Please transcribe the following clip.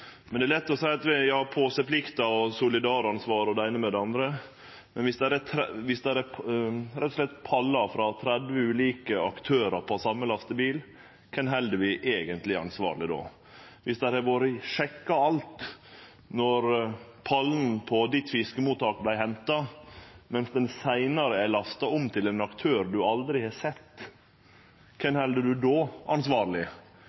Men det er lett å seie at vi har påseplikt og solidaransvar og det eine med det andre, men viss det rett og slett er pallar frå 30 ulike aktørar på den same lastebilen – kven held vi eigentleg ansvarleg då? Viss alt vart sjekka då pallen vart henta på fiskemottaket, mens han seinare er lasta om til ein aktør ein aldri har sett – kven held ein då ansvarleg?